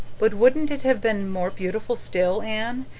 but wouldn't it have been more beautiful still, anne,